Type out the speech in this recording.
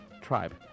tribe